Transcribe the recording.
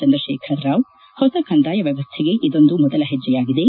ಚಂದ್ರಶೇಖರ್ ರಾವ್ ಹೊಸ ಕಂದಾಯ ವ್ಯವಸ್ಥೆಗೆ ಇದೊಂದು ಮೊದಲ ಹೆಜ್ಲೆಯಾಗಿದೆ